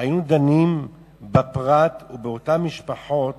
היינו דנים בפרט ובאותן משפחות,